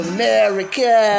America